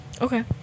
Okay